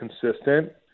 consistent